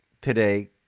today